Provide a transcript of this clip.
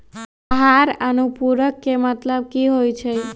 आहार अनुपूरक के मतलब की होइ छई?